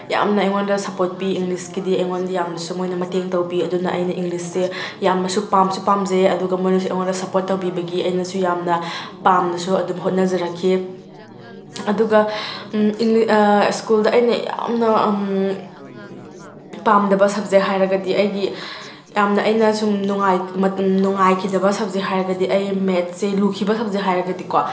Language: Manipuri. ꯌꯥꯝꯅ ꯑꯩꯉꯣꯟꯗ ꯁꯄꯣꯔꯠ ꯄꯤ ꯏꯪꯂꯤꯁꯀꯤꯗꯤ ꯑꯩꯉꯣꯟꯗ ꯌꯥꯝꯅꯁꯨ ꯃꯣꯏꯅ ꯃꯇꯦꯡ ꯇꯧꯕꯤ ꯑꯗꯨꯅ ꯑꯩꯅ ꯏꯪꯂꯤꯁꯁꯦ ꯌꯥꯝꯅꯁꯨ ꯄꯥꯝꯁꯨ ꯄꯥꯝꯖꯩ ꯑꯗꯨꯒ ꯃꯣꯏꯅꯁꯨ ꯑꯩꯉꯣꯟꯗ ꯁꯄꯣꯔꯠ ꯇꯧꯕꯤꯕꯒꯤ ꯑꯩꯅꯁꯨ ꯌꯥꯝꯅ ꯄꯥꯝꯅꯁꯨ ꯑꯗꯨꯝ ꯍꯣꯠꯅꯖꯔꯛꯈꯤ ꯑꯗꯨꯒ ꯁ꯭ꯀꯨꯜꯗ ꯑꯩꯅ ꯌꯥꯝꯅ ꯄꯥꯝꯗꯕ ꯁꯕꯖꯦꯛ ꯍꯥꯏꯔꯒꯗꯤ ꯑꯩꯒꯤ ꯌꯥꯝꯅ ꯑꯩꯅ ꯁꯨꯝ ꯅꯨꯡꯉꯥꯏꯈꯤꯗꯕ ꯁꯕꯖꯦꯛ ꯍꯥꯏꯔꯒꯗꯤ ꯑꯩ ꯃꯦꯠꯁꯁꯤ ꯂꯨꯈꯤꯕ ꯁꯕꯖꯦꯛ ꯍꯥꯏꯔꯒꯗꯤꯀꯣ